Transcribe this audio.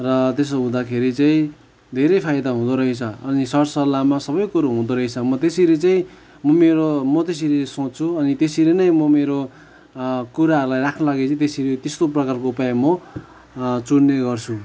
र त्यसो हुँदाखेरि चाहिँ धेरै फायदा हुँदोरहेछ अनि सर सल्लाहमा सबैकुरो हुँदोरहेछ म त्यसरी चाहिँ म मेरो म त्यसरी सोच्छु अनि त्यसरी नै म मेरो कुरारूलाई राख्न लागि त्यसरी त्यस्तो प्रकारको उपाय म चुन्ने गर्छु